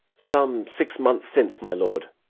some six months since, my lord.